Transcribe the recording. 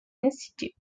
institute